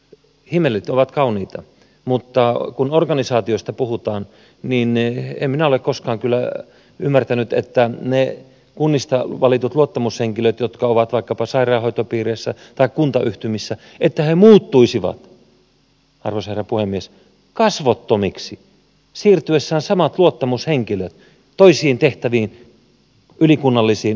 himmelit ovat kauniita mutta kun organisaatioista puhutaan niin en minä ole koskaan kyllä ymmärtänyt että ne kunnista valitut samat luottamushenkilöt jotka ovat vaikkapa sairaanhoitopiireissä tai kuntayhtymissä muuttuisivat arvoisa herra puhemies kasvottomiksi siirtyessään toisiin tehtäviin ylikunnallisiin luottamustehtäviin